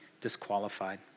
disqualified